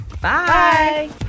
Bye